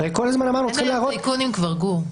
אין היום טייקונים כבר, גור.